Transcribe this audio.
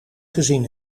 gezien